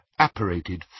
apparated